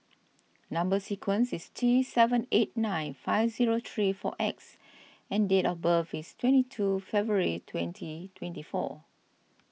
Number Sequence is T seven eight nine five zero three four X and date of birth is twenty two February twenty twenty four